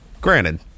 Granted